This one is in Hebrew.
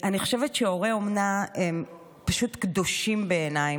אני חושבת שהורי אומנה הם פשוט קדושים, בעיניי.